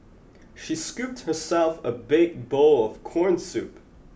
she scooped herself a big bowl of corn soup